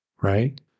right